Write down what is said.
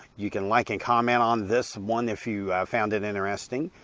you can like and comment on this one if you found it interesting.